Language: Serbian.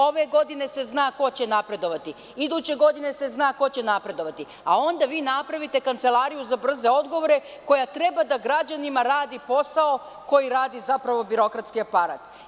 Ove godine se zna ko će napredovati, iduće godine se zna ko će napredovati, a onda vi napravite kancelariju za brze odgovore koja treba građanima da radi posao koji radi zapravo birokratski aparat.